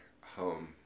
home